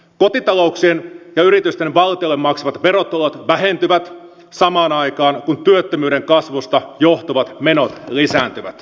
kotitalouksien ja yritysten valtiolle maksamat verotulot vähentyvät samaan aikaan kuin työttömyyden kasvusta johtuvat menot lisääntyvät